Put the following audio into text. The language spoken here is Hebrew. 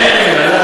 אין פינויים.